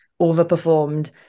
overperformed